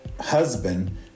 husband